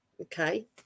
Okay